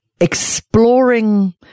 exploring